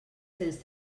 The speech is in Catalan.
cents